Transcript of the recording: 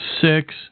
Six